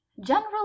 General